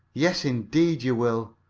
yes, indeed, you will!